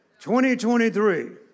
2023